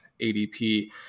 ADP